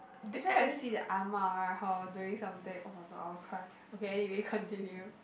that's why right I see the ah-ma right her doing something oh-my-god I'll cry okay anyway continue